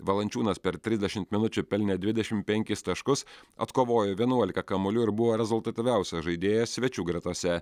valančiūnas per trisdešimt minučių pelnė dvidešimt penkis taškus atkovojo vienuoliką kamuolių ir buvo rezultatyviausias žaidėjas svečių gretose